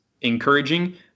encouraging